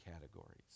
categories